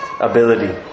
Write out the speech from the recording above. ability